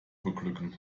beglücken